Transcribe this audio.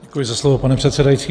Děkuji za slovo, pane předsedající.